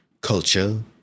culture